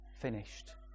finished